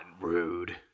rude